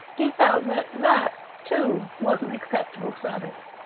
he felt that that, too, was an acceptable service.